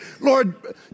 Lord